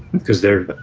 because they're